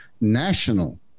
national